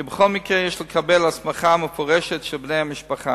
כי בכל מקרה יש לקבל הסמכה מפורשת של בני המשפחה.